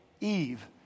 Eve